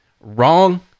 wrong